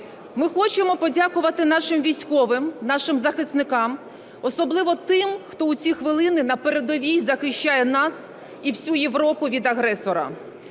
Ми хочемо подякувати нашим військовим, нашим захисникам, особливо тим, хто у ці хвилини на передовій захищає нас і всю Європу від агресора.